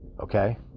Okay